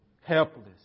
helpless